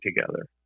together